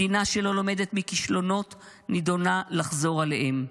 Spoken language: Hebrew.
מדינה שלא לומדת מכישלונות נידונה לחזור עליהם.